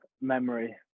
memory